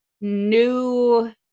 new